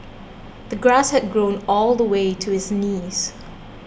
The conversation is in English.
the grass had grown all the way to his knees